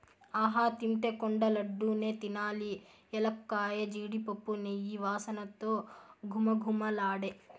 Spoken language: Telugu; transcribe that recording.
ఆహా తింటే కొండ లడ్డూ నే తినాలి ఎలక్కాయ, జీడిపప్పు, నెయ్యి వాసనతో ఘుమఘుమలాడే